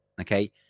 okay